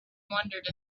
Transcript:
wondered